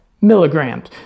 milligrams